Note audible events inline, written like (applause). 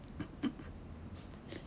(laughs)